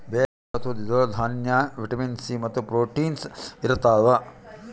ಬೇಳೆಕಾಳು ಅಥವಾ ದ್ವಿದಳ ದಾನ್ಯ ವಿಟಮಿನ್ ಸಿ ಮತ್ತು ಪ್ರೋಟೀನ್ಸ್ ಇರತಾದ